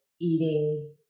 eating